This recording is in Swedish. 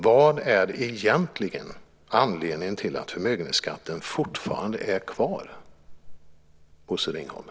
Vad är egentligen anledningen till att förmögenhetsskatten fortfarande är kvar, Bosse Ringholm?